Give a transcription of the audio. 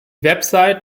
website